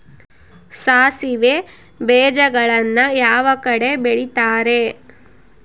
ಸಾಸಿವೆ ಬೇಜಗಳನ್ನ ಯಾವ ಕಡೆ ಬೆಳಿತಾರೆ?